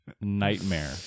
nightmare